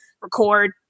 record